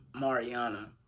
Mariana